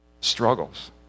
struggles